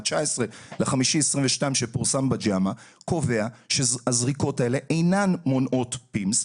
מה-19 במאי 2022 שפורסם ב-JAMA קובע שהזריקות האלה אינן מונעות PIMS,